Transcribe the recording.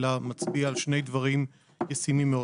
אלא מצביע על שני דברים ישימים מאוד.